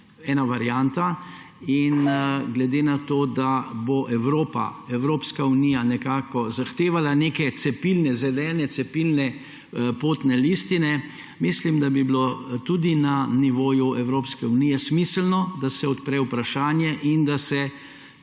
ena varianta in glede na to, da bo Evropska unija zahtevala zelene cepilne potne listine, mislim da bi bilo tudi na nivoju Evropske unije smiselno, da se odpre vprašanje in da se